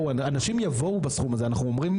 אנשים יבואו בסכום הזה, אנחנו לא סתם אומרים.